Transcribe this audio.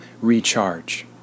recharge